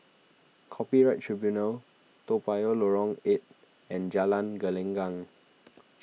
Copyright Tribunal Toa Payoh Lorong eight and Jalan Gelenggang